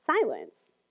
silence